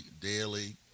daily